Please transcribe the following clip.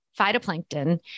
phytoplankton